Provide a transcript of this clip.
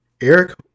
Eric